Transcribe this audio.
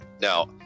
Now